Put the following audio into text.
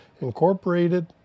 incorporated